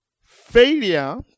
Failure